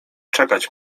czekać